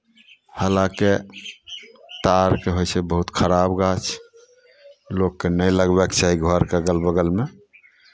हलाँकि ताड़के होइ छै बहुत खराब गाछ लोककेँ नहि लगबैके चाही घरके अगल बगलमे